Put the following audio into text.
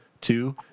two